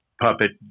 puppet